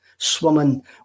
Swimming